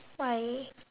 why